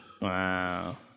Wow